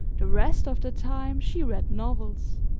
the rest of the time she read novels,